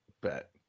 bet